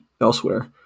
elsewhere